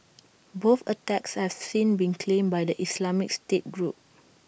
both attacks have since been claimed by the Islamic state group